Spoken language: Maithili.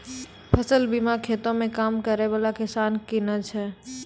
फसल बीमा खेतो मे काम करै बाला किसान किनै छै